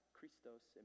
Christos